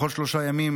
בכל שלושה ימים